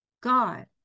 God